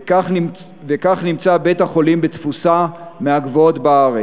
וכך נמצא בית-החולים בתפוסה מהגבוהות בארץ,